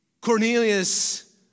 Cornelius